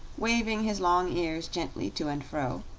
waving his long ears gently to and fro,